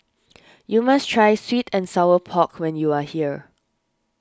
you must try Sweet and Sour Pork when you are here